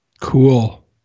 Cool